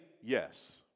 yes